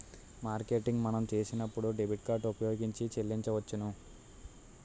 marketing మనం చేసినప్పుడు debit card ఉపయోగించి చెల్లించవచ్చును